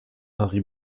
harry